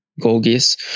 Gorgias